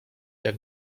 jak